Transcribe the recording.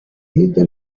hirya